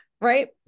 Right